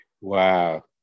wow